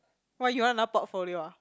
!wah! you want another portfolio ah